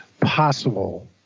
possible